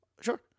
Sure